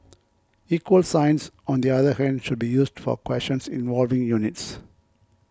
equal signs on the other hand should be used for questions involving units